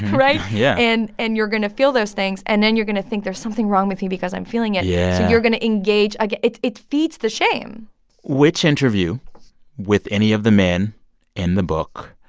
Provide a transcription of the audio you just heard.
right? yeah and and you're going to feel those things. and then you're going to think, there's something wrong with me because i'm feeling it yeah so you're going to engage it it feeds the shame which interview with any of the men in the book